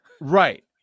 right